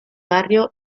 barrio